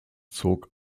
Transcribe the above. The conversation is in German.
zog